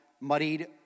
muddied